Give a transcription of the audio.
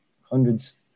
hundreds